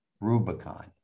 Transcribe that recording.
Rubicon